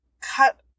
cut